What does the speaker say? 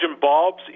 bulbs